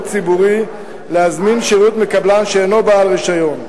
ציבורי להזמין שירות מקבלן שאינו בעל רשיון.